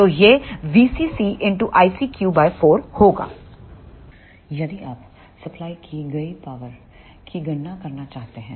तो यह VCC ICQ 4 होगा यदि आप सप्लाई की गई पावर की गणना करना चाहते हैं